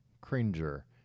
Cringer